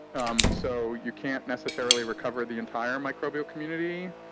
um so you can't necessarily recover the entire microbial community.